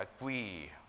agree